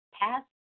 past